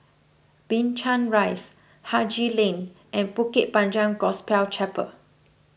Binchang Rise Haji Lane and Bukit Panjang Gospel Chapel